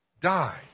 die